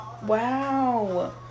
Wow